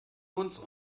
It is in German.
uns